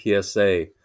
PSA